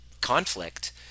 conflict